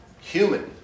human